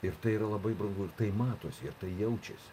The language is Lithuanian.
ir tai yra labai brangu ir tai matosi jaučiasi